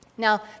Now